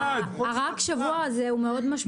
הרק שבוע הזה הוא מאוד משמעותי.